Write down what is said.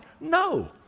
No